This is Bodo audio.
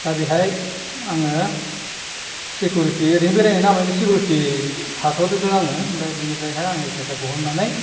दा बेवहाय आङो सिकिउरिति ओरैनो बेरायनाय नामैनो सिकिउरिति थाथ'दों आङो ओमफ्राय बेनिफ्रायहाय आङो एस आइ कार्द दिहुननानै